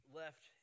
left